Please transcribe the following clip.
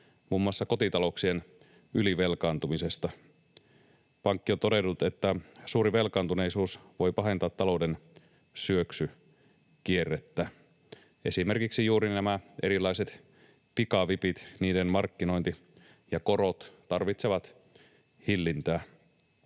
muun muassa kotitalouksien ylivelkaantumisesta. Pankki on todennut, että suuri velkaantuneisuus voi pahentaa talouden syöksykierrettä. Esimerkiksi juuri nämä erilaiset pikavipit, niiden markkinointi ja korot tarvitsevat hillintää.